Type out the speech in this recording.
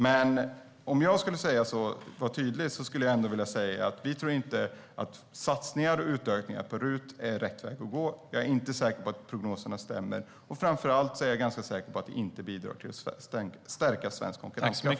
För att vara tydlig vill jag ändå säga att vi inte tror att en satsning på och utökning av RUT är rätt väg att gå. Jag är inte säker på att prognoserna stämmer, och framför allt är jag ganska säker på att det inte bidrar till att stärka svensk konkurrenskraft.